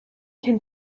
can